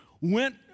went